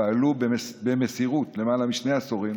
פעלו במסירות למעלה משני עשורים